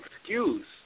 excuse